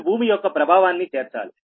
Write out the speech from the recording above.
మీరు భూమి యొక్క ప్రభావాన్ని చేర్చాలి